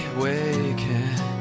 waking